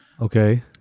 Okay